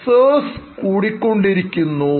Reserves കൂടിക്കൊണ്ടിരിക്കുന്നു